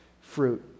fruit